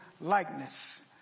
likeness